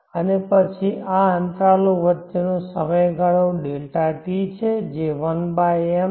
અને પછી આ અંતરાલો વચ્ચેનો સમયગાળો Δt છે જે 1m છે